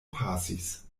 pasis